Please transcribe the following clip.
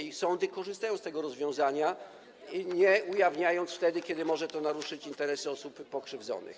I sądy korzystają z tego rozwiązania, nie ujawniając wtedy, kiedy może to naruszyć interesy osób pokrzywdzonych.